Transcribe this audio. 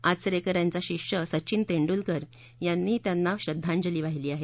आचरेकर यांचा शिष्य सचिन तेंडुलकरनही त्यांना श्रद्धांजली वाहिली आहे